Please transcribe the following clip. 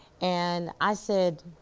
and i said,